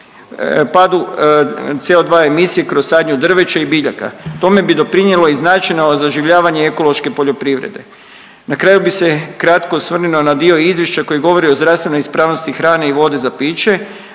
padu CO2 emisije kroz sadnju drveća i biljaka. Tome bi doprinjelo i značajno zaživljavanje ekološke poljoprivrede. Na kraju bi se kratko osvrnuo na dio izvješća koji govori o zdravstvenoj ispravnosti hrane i vode za piće.